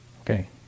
Okay